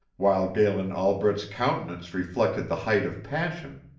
while galen albret's countenance reflected the height of passion,